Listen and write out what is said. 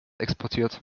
exportiert